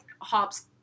hops